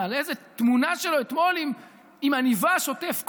מעלה איזו תמונה שלו עם עניבה שוטף כוס: